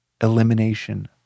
elimination